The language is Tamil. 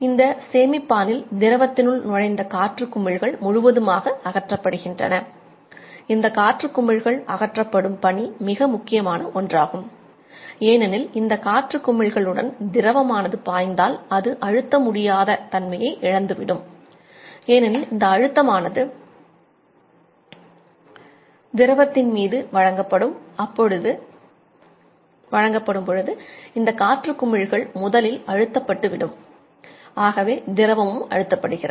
இந்த சேமிப்பான் இல் திரவத்தினுள் அழுத்தப்படுகிறது